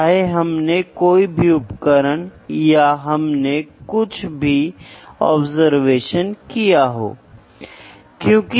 इसलिए हम मैकेनिकल की ओर ज्यादा केंद्रित हैं